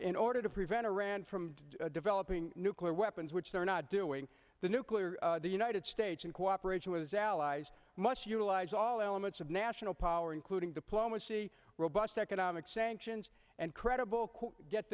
in order to prevent iran from developing nuclear weapons which they are not doing the nuclear the united states in cooperation with his allies much utilize all elements of national power including diplomacy robust economic sanctions and credible